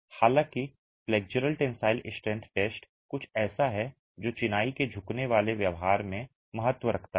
हालांकि flexural tensile strength test कुछ ऐसा है जो चिनाई के झुकने वाले व्यवहार में महत्व रखता है